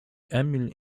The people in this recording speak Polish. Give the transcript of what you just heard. emil